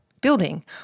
building